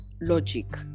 logic